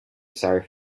for